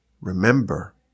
Remember